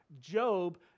Job